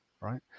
right